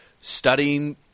studying